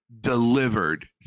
delivered